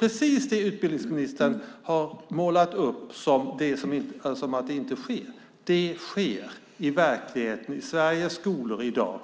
Precis detta som utbildningsministern har målat upp att det inte sker, det sker i verkligheten i Sveriges skolor i dag.